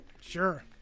Sure